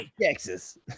Texas